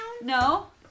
No